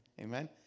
Amen